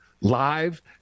live